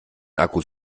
akkus